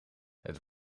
het